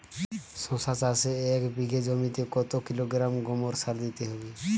শশা চাষে এক বিঘে জমিতে কত কিলোগ্রাম গোমোর সার দিতে হয়?